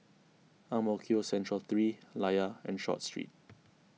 Ang Mo Kio Central three Layar and Short Street